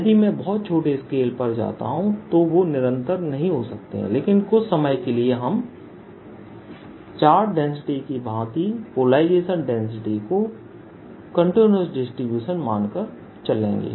यदि मैं बहुत छोटे स्केल पर जाता हूं तो वे निरंतर नहीं हो सकते हैं लेकिन कुछ समय के लिए हम चार्ज डेंसिटी की भांति पोलराइजेशन डेंसिटी को कंटीन्यूअस डिसटीब्यूशन मानकर चलेंगे